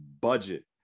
budget